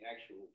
actual